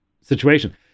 situation